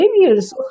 behaviors